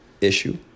issue